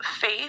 faith